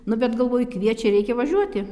nu bet galvoju kviečia reikia važiuoti